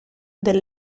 del